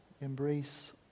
Embrace